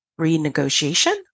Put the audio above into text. renegotiation